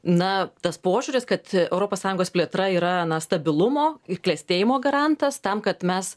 na tas požiūris kad europos sąjungos plėtra yra na stabilumo ir klestėjimo garantas tam kad mes